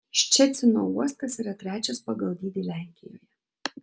ščecino uostas yra trečias pagal dydį lenkijoje